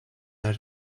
are